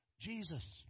Jesus